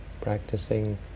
practicing